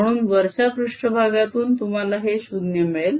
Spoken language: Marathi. म्हणून वरच्या पृष्ट्भागातून तुम्हाला हे 0 मिळेल